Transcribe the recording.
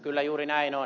kyllä juuri näin on